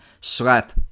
slap